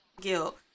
Guilt